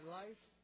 life